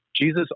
Jesus